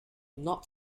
not